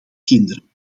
kinderen